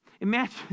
Imagine